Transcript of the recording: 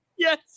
Yes